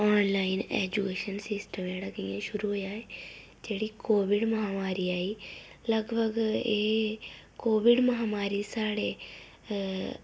online education system जेह्ड़ा कि'यां शुरु होएआ ऐ जेह्ड़ी कोविड महामारी आई लगभग एह् कोविड महामारी साढ़े